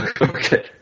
Okay